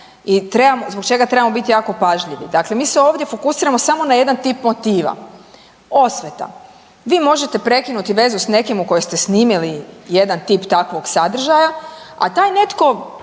i zbog čega trebamo biti jako pažljivi. Dakle, mi se ovdje fokusiramo samo na jedan tip motiva, osveta. Vi možete prekinuti vezu s nekim u kojoj ste snimili jedan tip takvog sadržaja, a taj netko